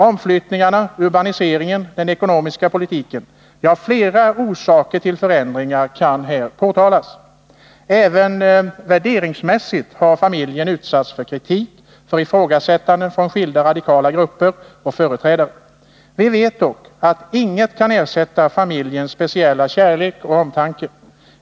Omflyttningarna, urbaniseringen, den ekonomiska politiken, ja, flera orsaker till förändringarna kan här anges. Även värderingsmässigt har familjen utsatts för kritik och ifrågasättande från skilda radikala grupper och företrädare. Vi vet dock att inget kan ersätta familjens speciella kärlek och omtanke.